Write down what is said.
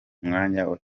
cyangwa